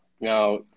Now